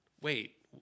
wait